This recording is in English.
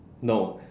no